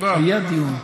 היה דיון.